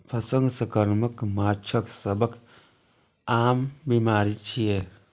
fungus संक्रमण माछक सबसं आम बीमारी छियै